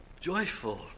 joyful